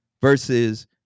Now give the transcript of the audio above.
versus